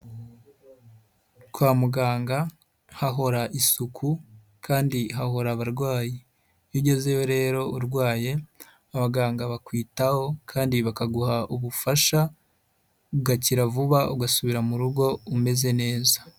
Kwa muganga hahora isuku kandi hahora abarwayi, iyo ugezeyo rero urwaye, abaganga bakwitaho kandi bakaguha ubufasha, ugakira vuba ugasubira mu rugo umeze neza.